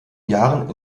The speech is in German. jahren